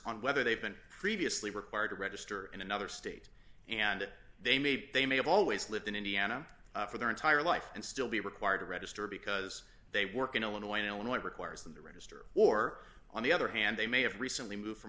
whether they've been previously required to register in another state and they may be they may have always lived in indiana for their entire life and still be required to register because they work in illinois and illinois requires on the register or on the other hand they may have recently moved from